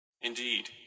Indeed